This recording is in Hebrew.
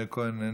מאיר כהן,